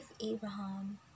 Abraham